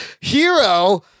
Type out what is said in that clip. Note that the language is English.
Hero